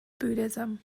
buddhism